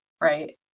right